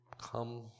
come